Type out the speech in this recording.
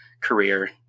career